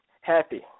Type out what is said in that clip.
happy